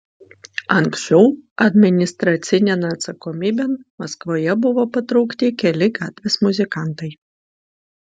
anksčiau administracinėn atsakomybėn maskvoje buvo patraukti keli gatvės muzikantai